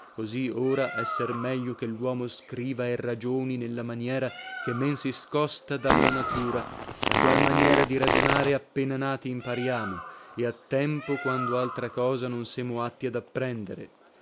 così ora esser meglio che luomo scriva e ragioni nella maniera che men si scosta dalla natura la qual maniera di ragionare appena nati impariamo e a tempo quando altra cosa non semo atti ad apprendere